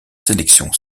sélection